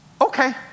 okay